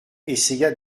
essaya